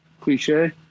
cliche